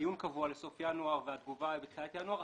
הדיון קבוע לסוף ינואר והתגובה היא בתחילת ינואר.